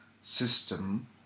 system